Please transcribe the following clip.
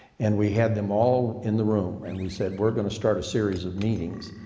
and we had them all in the room. and we said, we're going to start a series of meetings.